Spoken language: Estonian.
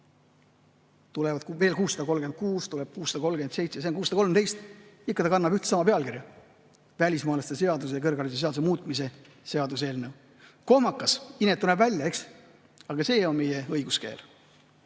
Tulevad veel 636, tuleb 637, see on [631]. Nad kannavad ühte ja sama pealkirja: "Välismaalaste seaduse ja kõrgharidusseaduse muutmise seaduse eelnõu". Kohmakas, inetu näeb välja, eks? Aga see on meie õiguskeel.